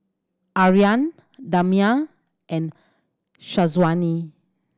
Aryan Damia and Syazwani